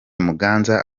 muganza